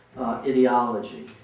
ideology